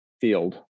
field